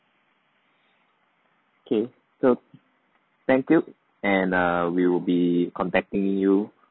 okay so thank you and err we will be contacting you